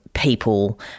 people